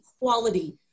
equality